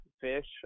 fish